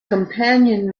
companion